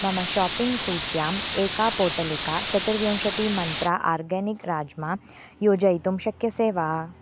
मम शाप्पिङ्ग् सूच्याम् एका पोटलिका चतुर्विंशतिमन्त्रा आर्गानिक् राज्मा योजयितुं शक्यसे वा